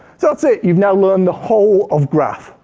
that's it, you've now learned the whole of graph.